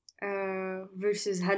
versus